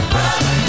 Brother